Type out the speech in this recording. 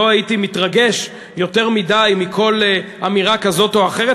לא הייתי מתרגש יותר מדי מכל אמירה כזאת או אחרת.